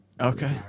Okay